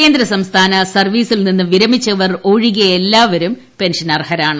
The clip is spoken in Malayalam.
കേന്ദ്ര സംസ്ഥാന സർവീസിൽ നിന്ന് വിരമിച്ചവർ ഒഴികെയുള്ള എല്ലാവരും പെൻഷന് അർഹരാണ്